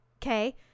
Okay